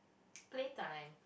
play time